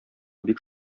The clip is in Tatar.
бик